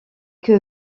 que